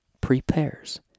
prepares